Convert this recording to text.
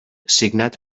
signat